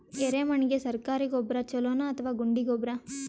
ಎರೆಮಣ್ ಗೆ ಸರ್ಕಾರಿ ಗೊಬ್ಬರ ಛೂಲೊ ನಾ ಅಥವಾ ಗುಂಡಿ ಗೊಬ್ಬರ?